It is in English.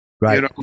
Right